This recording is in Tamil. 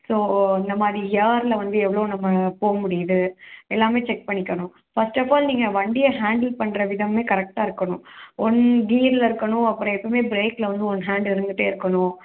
ஸோ இந்த மாதிரி ஏரில் வந்து எவ்வளோ நம்ம போக முடியுது எல்லாமே செக் பண்ணிக்கணும் ஃபர்ஸ்ட் அஃப் ஆல் நீங்கள் வண்டியை ஹேண்டில் பண்ணுற விதமே கரெக்டாக இருக்கணும் ஒன் கியரில் இருக்கணும் அப்புறம் எப்போவுமே ப்ரேக்கில் வந்து ஒன் ஹேண்ட் இருந்துகிட்டே இருக்கணும்